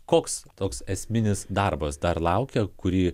koks toks esminis darbas dar laukia kurį